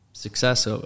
success